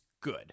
good